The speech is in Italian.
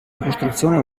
ricostruzione